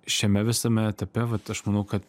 šiame visame etape vat aš manau kad